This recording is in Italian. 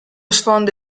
sfondo